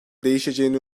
değişeceğini